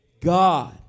God